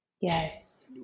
Yes